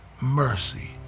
mercy